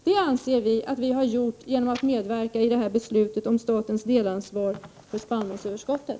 Vi anser att vi har gjort det genom att medverka i beslutet om statens delansvar för spannmålsöverskottet.